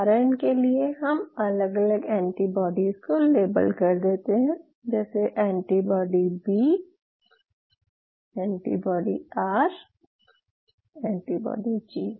उदाहरण के लिए हम अलग अलग एंटीबाडीज को लेबल कर देते हैं जैसे antibody B antibody R antibody जी